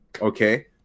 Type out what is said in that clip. okay